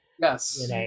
Yes